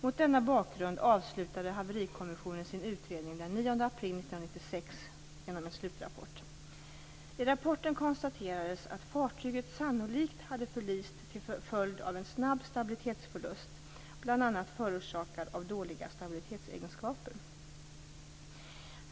Mot denna bakgrund avslutade Haverikommissionen sin utredning den 9 april 1996 genom en slutrapport. I rapporten konstaterades att fartyget sannolikt hade förlist till följd av en snabb stabilitetsförlust, bl.a. förorsakad av dåliga stabilitetsegenskaper.